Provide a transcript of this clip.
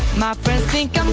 my friends think